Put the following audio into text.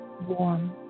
warm